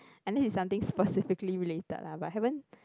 unless it's something specifically related lah but haven't